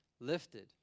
lifted